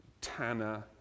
tanner